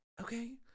Okay